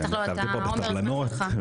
המתנתי פה בסבלנות.